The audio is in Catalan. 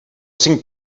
cinc